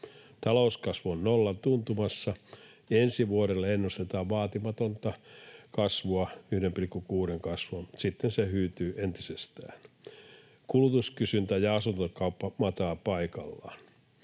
Talouskasvu on nollan tuntumassa. Ensi vuodelle ennustetaan vaatimatonta 1,6:n kasvua, mutta sitten se hyytyy entisestään. Kulutuskysyntä ja asuntokauppa matavat paikallaan.